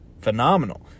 phenomenal